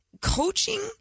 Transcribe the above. coaching